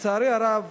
לצערי הרב,